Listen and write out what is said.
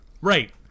Right